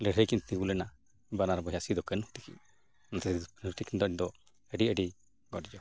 ᱞᱟᱹᱲᱦᱟᱹᱭ ᱠᱤᱱ ᱛᱤᱸᱜᱩ ᱞᱮᱱᱟ ᱵᱟᱱᱟᱨ ᱵᱚᱭᱦᱟ ᱥᱤᱸᱫᱩᱼᱠᱟᱹᱱᱦᱩ ᱛᱟᱹᱠᱤᱱ ᱛᱟᱹᱠᱤᱱ ᱫᱚ ᱟᱹᱰᱤ ᱟᱹᱰᱤ ᱜᱚᱰ ᱡᱚᱦᱟᱨ